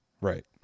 Right